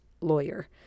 lawyer